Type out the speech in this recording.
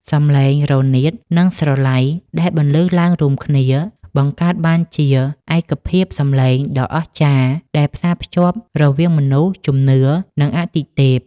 សម្លេងរនាត និងស្រឡៃដែលបន្លឺឡើងរួមគ្នា បង្កើតបានជាឯកភាពសម្លេងដ៏អស្ចារ្យដែលផ្សារភ្ជាប់រវាងមនុស្ស ជំនឿ និងអាទិទេព